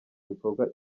bikorwa